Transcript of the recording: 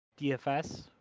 DFS